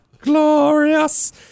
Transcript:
Glorious